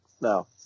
No